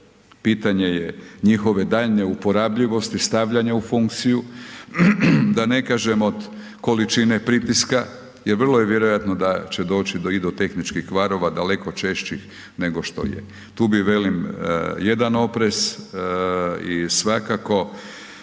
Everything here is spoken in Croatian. Pitanje je njihove daljnje uporabljivosti, stavljanja u funkciju, da ne kažem od količine pritiska jer vrlo je vjerojatno da će doći i do tehničkih kvarova daleko češćih nego što je. Tu bih velim jedan oprez i svakako